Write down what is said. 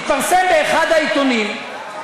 התפרסם באחד העיתונים,